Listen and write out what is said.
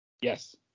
Yes